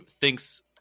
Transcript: thinks